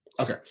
Okay